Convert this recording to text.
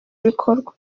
bikorwa